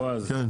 כן.